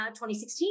2016